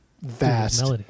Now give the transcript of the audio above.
vast